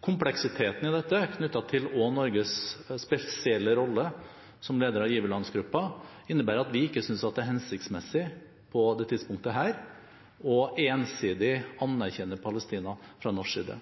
Kompleksiteten i dette, også knyttet til Norges spesielle rolle som leder av giverlandsgruppen, innebærer at vi ikke synes det er hensiktsmessig på dette tidspunktet ensidig å anerkjenne Palestina fra norsk side.